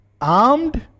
Armed